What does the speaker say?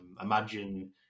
imagine